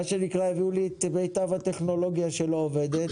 מה שנקרא, הביאו לי את מיטב הטכנולוגיה שלא עובדת.